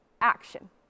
action